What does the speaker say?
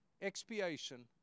Expiation